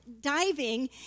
diving